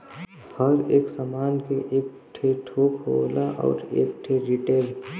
हर एक सामान के एक ठे थोक होला अउर एक ठे रीटेल